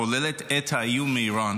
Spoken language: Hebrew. כוללות את האיום מאיראן,